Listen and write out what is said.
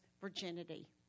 virginity